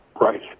Right